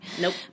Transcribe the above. Nope